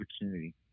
opportunity